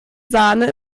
sahne